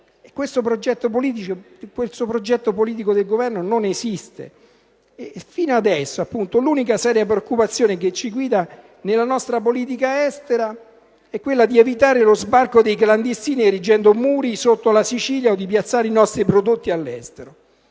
Il progetto politico del Governo non esiste, e fino ad adesso l'unica seria preoccupazione che ci guida nella nostra politica estera è quella di evitare lo sbarco di clandestini erigendo muri sotto la Sicilia, o di piazzare i nostri prodotti all'estero.